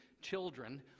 children